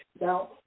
Now